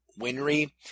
Winry